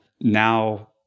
now